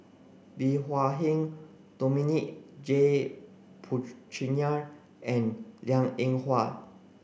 Bey Hua Heng Dominic J Puthucheary and Liang Eng Hwa